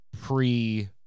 pre-